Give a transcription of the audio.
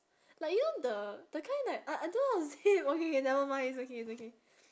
like you know the the kind that I I don't know how to say it okay K nevermind it's okay it's okay